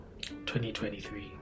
2023